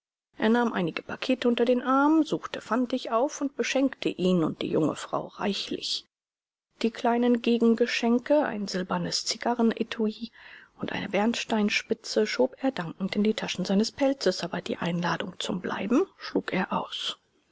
er nahm einige pakete unter den arm suchte fantig auf und beschenkte ihn und die junge frau reichlich die kleinen gegengeschenke ein silbernes zigarrenetui und eine bernsteinspitze schob er dankend in die taschen seines pelzes aber die einladung zum bleiben schlug er aus